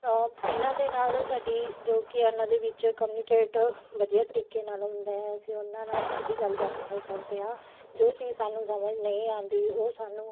ਇਹਨਾਂ ਦੇ ਨਾਲ ਸਾਡੀ ਜੋ ਕਿ ਉਹਨਾਂ ਦੇ ਵਿੱਚ ਕਮਿਊਨੀਕੇਟ ਵਧੀਆ ਤਰੀਕੇ ਨਾਲ ਹੁੰਦਾ ਅਸੀਂ ਉਹਨਾਂ ਨਾਲ ਸਿੱਧੀ ਗੱਲਬਾਤ ਕਰ ਸਕਦੇ ਹਾਂ ਜੋ ਚੀਜ਼ ਸਾਨੂੰ ਸਮਝ ਨਹੀਂ ਆਉਂਦੀ ਉਹ ਸਾਨੂੰ